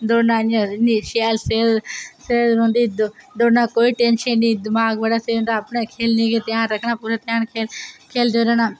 दौड़ना इन्नी शैल सेह्त रौहंदी दौड़ना कोई टेंशन निं रौहंदी अपना खेल्लनै गी गै ध्यान रक्खना पूरा ध्यान खेलें गी गै खेल्लदे रौह्ना